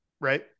right